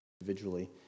individually